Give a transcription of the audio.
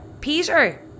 Peter